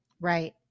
Right